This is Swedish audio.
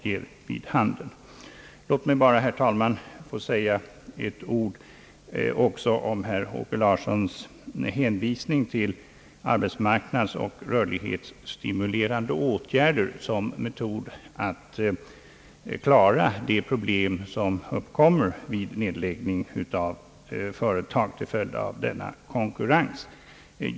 Låt mig vidare, herr talman, bara säga några få ord också om herr Åke Larssons hänvisning till arbetsmarknadsoch rörlighetsstimulerande åtgärder som en metod för att klara de pro blem som uppkommer vid nedläggningen av företag till följd av den konkurrens vi nu talar om.